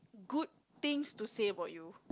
good things to say about you